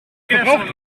verbraucht